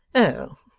oh!